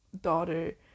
daughter